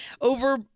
over